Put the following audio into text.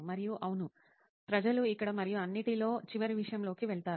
మరియు అవును ప్రజలు ఇక్కడ మరియు అన్నిటిలో చివరి విషయం లోకి వెళతారు